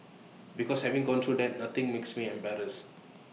because having gone through that nothing makes me embarrassed